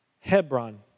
Hebron